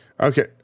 Okay